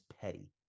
petty